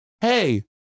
hey